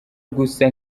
gusa